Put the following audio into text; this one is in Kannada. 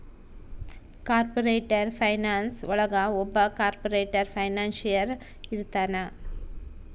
ಕಾರ್ಪೊರೇಟರ್ ಫೈನಾನ್ಸ್ ಒಳಗ ಒಬ್ಬ ಕಾರ್ಪೊರೇಟರ್ ಫೈನಾನ್ಸಿಯರ್ ಇರ್ತಾನ